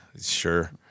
Sure